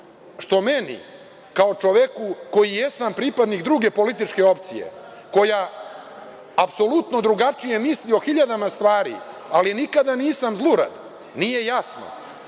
što meni kao čoveku koji jesam pripadnik druge političke opcije koja apsolutno drugačije misle o hiljadama stvari, ali nikada nisam zlurad, nije jasno,